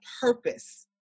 purpose